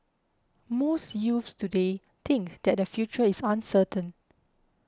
most youths today think that the future is uncertain